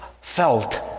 felt